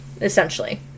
essentially